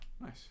Nice